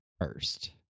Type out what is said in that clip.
first